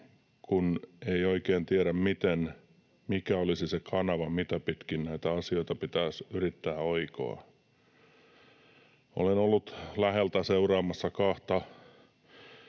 kun ei oikein tiedä, mikä olisi se kanava, mitä pitkin näitä asioita pitäisi yrittää oikoa. Olen ollut läheltä seuraamassa kahta